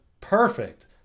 perfect